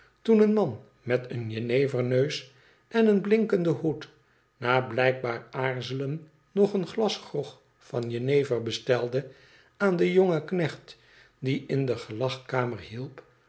toen een man meteen jenevemeus en een blinkenden hoed na blijkbaar aarzelen nog een glas grog van jenever bestelde aan den jongen knecht die in de gelagkamer hielp